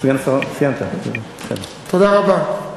תודה רבה.